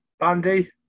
Andy